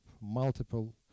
multiple